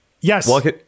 Yes